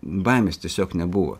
baimės tiesiog nebuvo